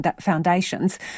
foundations